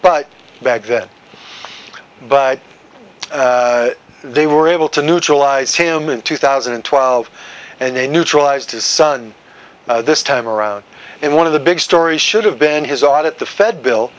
but back then but they were able to neutralize him in two thousand and twelve and a neutralized his son this time around in one of the big story should have been his audit the fed bill